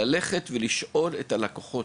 אז צריך ללכת ולשאול את הלקוחות,